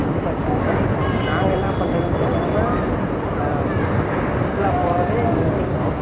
இது பண்ணிட்டாரு நாங்கள் என்ன பண்ணுறதுன் தெரியாமல் சுற்றுலா போகிறதே நிறுத்திட்டோம்